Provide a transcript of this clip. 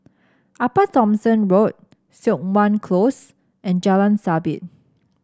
Upper Thomson Road Siok Wan Close and Jalan Sabit